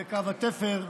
בקו התפר,